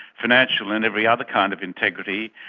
financial and every other kind of integrity,